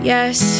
Yes